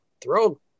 throw